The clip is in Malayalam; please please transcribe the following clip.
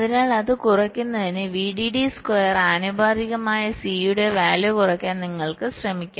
അതിനാൽ അത് കുറയ്ക്കുന്നതിന് VDD സ്ക്വയർന് ആനുപാതികമായ C യുടെ വാല്യൂ കുറയ്ക്കാൻ നിങ്ങൾക്ക് ശ്രമിക്കാം